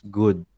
good